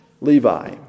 Levi